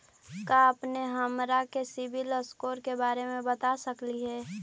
का अपने हमरा के सिबिल स्कोर के बारे मे बता सकली हे?